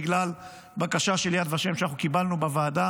בגלל בקשה של יד ושם שאנחנו קיבלנו בוועדה